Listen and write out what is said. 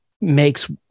makes